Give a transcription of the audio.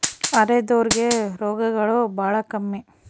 ಅರೆದೋರ್ ಗೆ ರೋಗಗಳು ಬಾಳ ಕಮ್ಮಿ